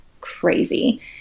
crazy